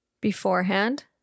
beforehand